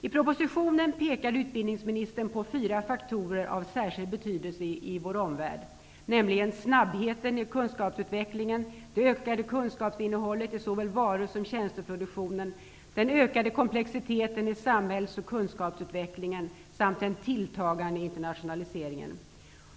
I propositionen pekar utbildningsministern på fyra faktorer av särskild betydelse i vår omvärld, nämligen snabbheten i kunskapsutvecklingen, det ökade kunskapsinnehållet i såväl varu som tjänsteproduktionen, den ökade komplexiteten i samhälls och kunskapsutvecklingen samt den tilltagande internationaliseringen.